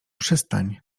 przystań